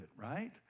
right